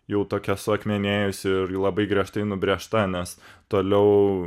jau tokia suakmenėjusi ir labai griežtai nubrėžta nes toliau